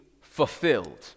fulfilled